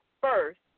first